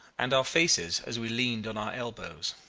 and our faces as we leaned on our elbows.